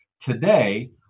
Today